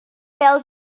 bêl